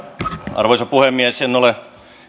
arvoisa puhemies en ole